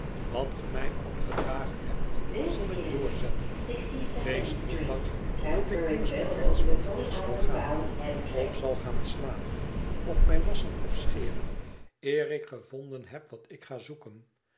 wat ge mij opgedragen hebt zal ik doorzetten wees niet bang dat ik links of rechts van den weg zal gaan of zal gaan slapen of mij wasschen of scheren eer ik gevonden heb wat ik ga zoeken